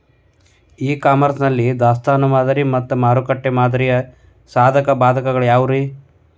E commerce ನಲ್ಲಿ ದಾಸ್ತಾನು ಮಾದರಿ ಮತ್ತ ಮಾರುಕಟ್ಟೆ ಮಾದರಿಯ ಸಾಧಕ ಬಾಧಕಗಳ ಯಾವವುರೇ?